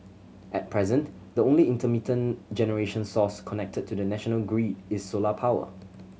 at present the only intermittent generation source connected to the national grid is solar power